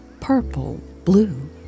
purple-blue